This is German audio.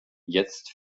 jetzt